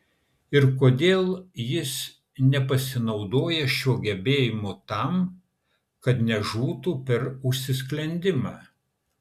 ir kodėl jis nepasinaudoja šiuo gebėjimu tam kad nežūtų per užsisklendimą